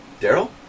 Daryl